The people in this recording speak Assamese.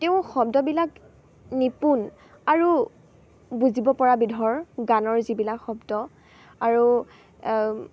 তেওঁ শব্দবিলাক নিপুণ আৰু বুজিব পৰা বিধৰ গানৰ যিবিলাক শব্দ আৰু